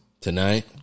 tonight